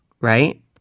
right